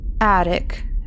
attic